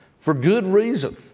for good reason.